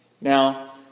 Now